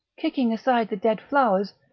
kicking aside the dead flowers,